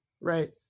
right